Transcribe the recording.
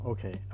Okay